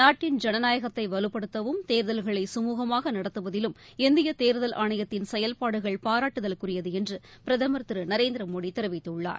நாட்டின் ஜனநாயகத்தை வலுப்படுத்தவும் தேர்தல்களை சுமூகமாக நடத்துவதிலும் இந்திய தேர்தல் பாராட்டுக்குரியது என்று பிரதமர் திரு நரேந்திர மோடி தெரிவித்துள்ளார்